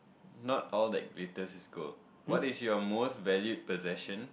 not all that glitters is gold what is your most valued possession